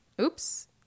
oops